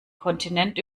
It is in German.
kontinent